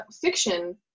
fiction